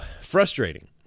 frustrating